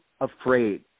afraid